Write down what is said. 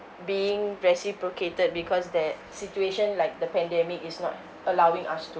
being reciprocated because that situation like the pandemic is not allowing us